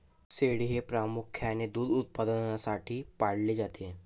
शेळी हे प्रामुख्याने दूध उत्पादनासाठी पाळले जाते